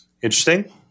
Interesting